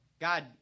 God